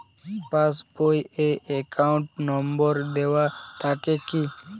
Pass বই এ account number দেওয়া থাকে কি?